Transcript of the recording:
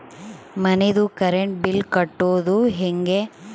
ಮನಿದು current bill ಕಟ್ಟೊದು ಹೇಗೆ?